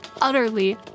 utterly